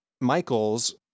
Michael's